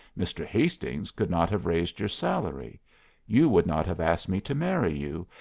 mr. hastings could not have raised your salary you would not have asked me to marry you,